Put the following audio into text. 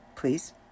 please